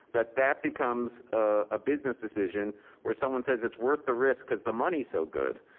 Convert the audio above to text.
that that becomes a business decision where someone says it's worth the risk cause the money so good.